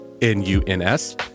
N-U-N-S